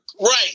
Right